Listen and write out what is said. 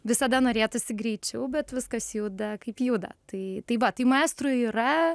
visada norėtųsi greičiau bet viskas juda kaip juda tai tai va tai maestrų yra